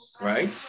right